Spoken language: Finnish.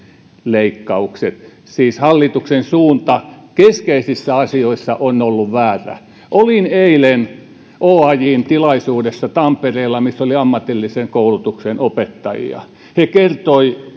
leikkaukset siis hallituksen suunta keskeisissä asioissa on ollut väärä olin eilen oajn tilaisuudessa tampereella missä oli ammatillisen koulutuksen opettajia he kertoivat